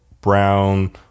brown